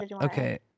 okay